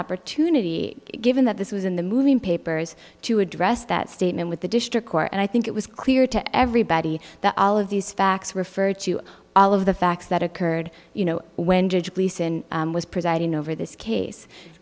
opportunity given that this was in the moving papers to address that statement with the district court and i think it was clear to everybody that all of these facts refer to all of the facts that occurred you know when judge gleason was presiding over this case